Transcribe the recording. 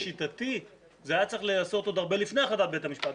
לשיטתי זה היה צריך להיעשות עוד הרבה לפני החלטת בית המשפט,